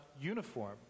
uniform